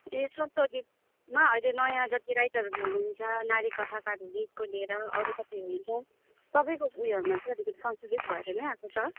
ए संशोधितमा अहिले नयाँ जति राइटरहरू हुनु हुन्छ नारी कथाकारहरूदेखिको लिएर अरू कति हुनु हुन्छ सबैको उयोहरूमा चाहिँ अलिकति संशोधित भएर नै आएको छ